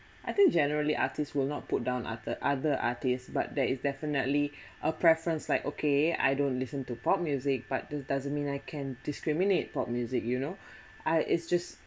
I think generally artists will not put down ater~ other artists but there is definitely a preference like okay I don't listen to pop music but this doesn't mean I can discriminate pop music you know I it's just